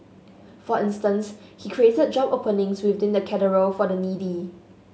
for instance he created job openings within the Cathedral for the needy